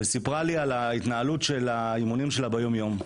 היא סיפרה לי על ההתנהלות של האימונים שלה ביומיום.